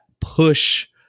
push